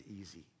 easy